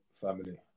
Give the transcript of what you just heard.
family